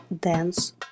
dance